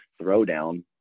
throwdown